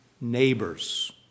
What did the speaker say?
neighbors